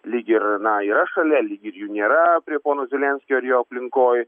lyg ir na yra šalia lyg ir jų nėra prie pono zelenskio ir jo aplinkoj